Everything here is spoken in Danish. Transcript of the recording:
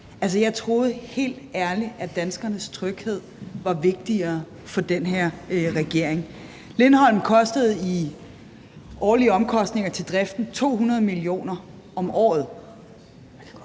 jeg troede helt ærligt, at danskernes tryghed var vigtigere for den her regering. Lindholm kostede i årlige omkostninger til driften 200 mio. kr. om året.